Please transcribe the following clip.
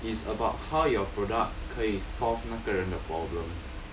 it's about how your product 可以 solve 那个人的 problem